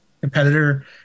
competitor